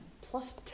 plus